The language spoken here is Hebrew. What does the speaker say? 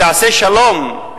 תעשה שלום,